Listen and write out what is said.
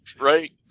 right